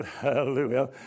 Hallelujah